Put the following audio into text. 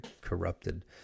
corrupted